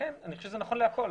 לכן אני חושב שזה נכון לכל.